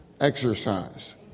exercise